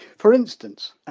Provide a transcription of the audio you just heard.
for instance,